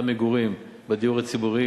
אותם מגורים בדיור הציבורי,